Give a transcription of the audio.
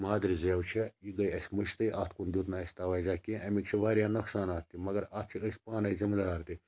مادری زیٚو چھےٚ یہِ گٔے اَسہِ مٔشدٕے اتھ کُن دیُت نہٕ اَسہِ تَوَجہَ کینٛہہ امیِکۍ چھِ واریاہ نۄقصانات تہِ مَگَر اَتھ چھِ أسۍ پانٕے ذمہِ دار تہِ